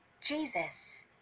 Jesus